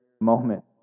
moment